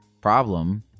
problem